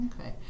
Okay